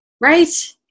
Right